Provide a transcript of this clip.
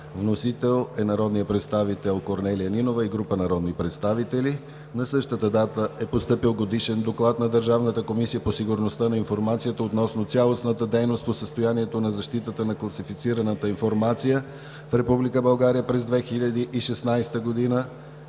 Вносител е Корнелия Нинова и група народни представители. На същата дата е постъпил Годишен доклад на Държавната комисия по сигурността на информацията относно цялостната дейност по състоянието на защитата на класифицираната информация в Република